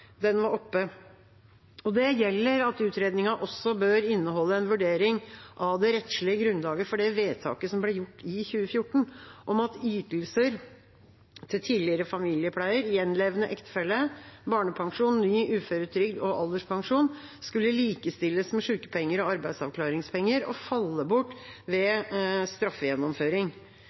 den var oppe. Det gjelder at utredningen også bør inneholde en vurdering av det rettslige grunnlaget for det vedtaket som ble gjort i 2014, om at ytelser til tidligere familiepleier, gjenlevende ektefelle, barnepensjon, ny uføretrygd og alderspensjon skulle likestilles med sykepenger og arbeidsavklaringspenger og falle bort ved straffegjennomføring.